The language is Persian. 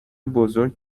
بزرگ